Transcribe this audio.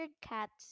cats